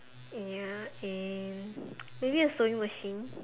ya and maybe a sewing machine